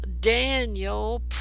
Daniel